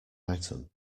item